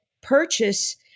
purchase